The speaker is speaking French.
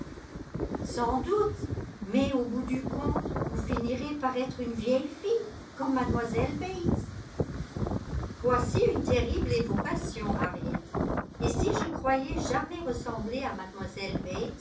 sans doute mais au bout du compte vous finirez par être une vieille fille comme mlle bates voici une terrible évocation harriet et si je croyais jamais ressembler à